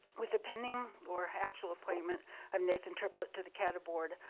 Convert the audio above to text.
with a pending, or actual appointment of nathan triplet to the cata board,